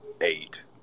eight